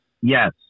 Yes